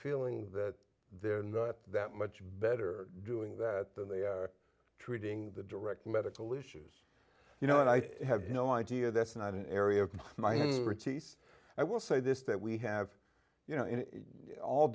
feeling that they're not that much better doing that than they are treating the direct medical issues you know and i have no idea that's not an area of my own i will say this that we have you know in all